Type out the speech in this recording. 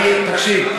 תקשיב,